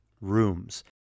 rooms